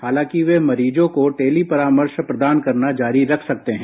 हालांकि वे मरीजों को डेली परामर्श प्रदान करना जारी रख सकते हैं